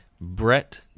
Brett